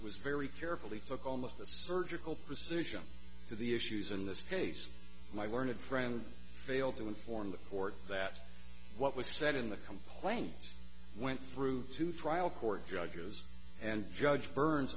was very carefully took almost a surgical precision to the issues in this case my learned friend failed to inform the court that what was said in the complaint went through to trial court judges and judge burns